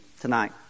tonight